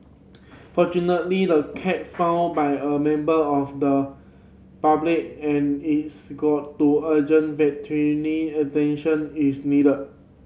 fortunately the cat found by a member of the public and is got to urgent attention it's needed